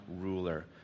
ruler